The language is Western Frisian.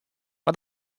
mar